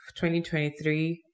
2023